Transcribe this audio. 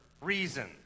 reason